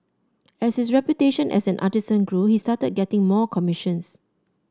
as his reputation as an artisan grew he started getting more commissions